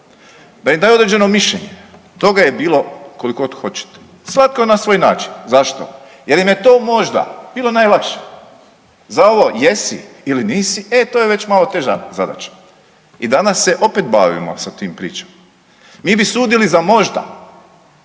da im daju određeno mišljenje. Toga je bilo kolikogod hoćete svatko na svoj način. Zašto? Jer im je to možda bilo najlakše. Za ovo jesi ili nisi, e to je već malo teža zadaća. I danas se opet bavimo tim pričama, mi bi sudili za možda